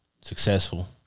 Successful